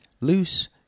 Loose